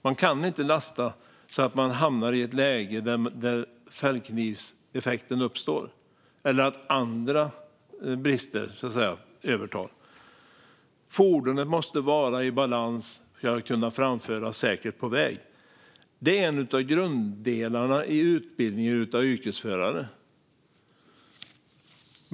Man kan inte lasta så att man hamnar i ett läge där fällknivseffekten uppstår eller att andra brister tar över. Fordonet måste vara i balans för att kunna framföras säkert på väg. Det är en av grunddelarna i utbildningen av yrkesförare.